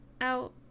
out